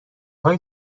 های